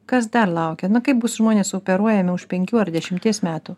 kas dar laukia na kaip bus žmonės operuojami už penkių ar dešimties metų